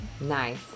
Nice